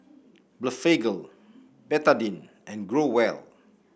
Blephagel Betadine and Growell